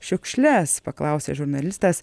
šiukšles paklausė žurnalistas